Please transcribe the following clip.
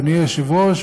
אדוני היושב-ראש,